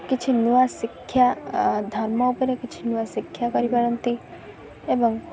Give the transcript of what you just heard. କିଛି ନୂଆ ଶିକ୍ଷା ଧର୍ମ ଉପରେ କିଛି ନୂଆ ଶିକ୍ଷା କରିପାରନ୍ତି ଏବଂ